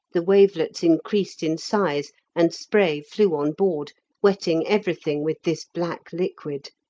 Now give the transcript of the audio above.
the wavelets increased in size, and spray flew on board, wetting everything with this black liquid.